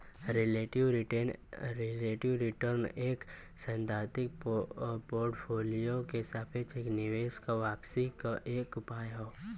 relative return एक सैद्धांतिक portfolio क सापेक्ष एक निवेश क वापसी क एक उपाय हौ